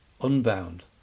unbound